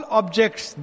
objects